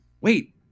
wait